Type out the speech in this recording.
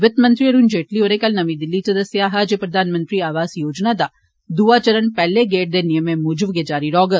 वित्त मंत्री अरूण जेटली होरें कल नमीं दिलली च दस्सेआ हा जे प्रधानमंत्री आवास योजना दा दूआ चरण पैहले गेड़ दे नियमें मूजब गै जारी रौह्ग